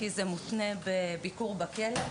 כי זה מותנה בביקור בכלא.